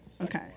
Okay